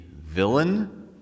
villain